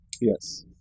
Yes